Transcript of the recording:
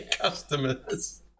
customers